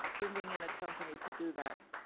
bringing in a company to do that?